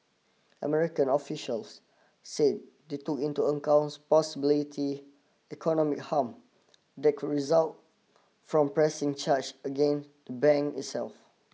American officials said they took into accounts possibility economic harm that could result from pressing charge again the bank itself